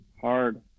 hard